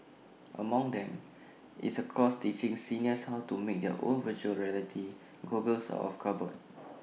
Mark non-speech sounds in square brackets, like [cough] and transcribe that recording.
among them is A course teaching seniors how to make their own Virtual Reality goggles of cardboard [noise]